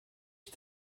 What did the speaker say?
ich